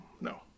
No